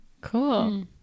cool